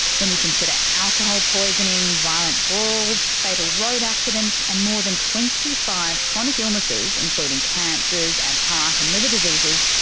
when you consider alcohol poisoning, violent brawls, fatal road accidents and more than twenty five chronic illnesses, including cancers and heart and liver diseases,